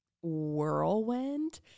whirlwind